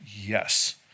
Yes